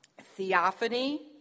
theophany